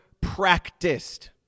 practiced